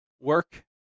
work